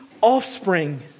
offspring